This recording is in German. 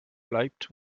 bleibt